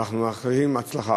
ואנחנו מאחלים הצלחה.